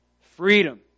Freedom